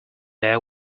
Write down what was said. their